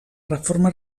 reforma